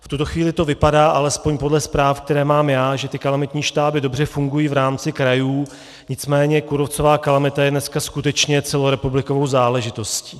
V tuto chvíli to vypadá, alespoň podle zpráv, které mám já, že ty kalamitní štáby dobře fungují v rámci krajů, nicméně kůrovcová kalamita je dneska skutečně celorepublikovou záležitostí.